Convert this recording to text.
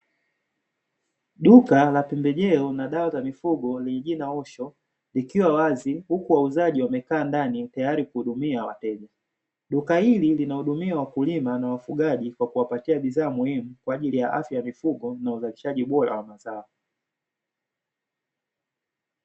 Duka la pembejeo na dawa za mifugo lenye jina "OSHO", likiwa wazi huku wauzaji wamekaa ndani tayari kuhudumia wateja. Duka hili linahudumia wakulima na wafugaji kwa kuwapatia bidhaa muhimu, kwa ajili ya afya za mifugo na uzalishaji bora wa mazao.